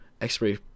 X-ray